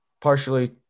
partially